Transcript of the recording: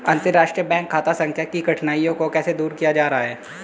अंतर्राष्ट्रीय बैंक खाता संख्या की कठिनाइयों को कैसे दूर किया जा रहा है?